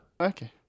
Okay